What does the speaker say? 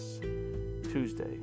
Tuesday